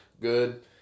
good